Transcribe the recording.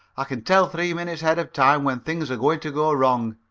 i can tell three minutes ahead of time when things are going to go wrong.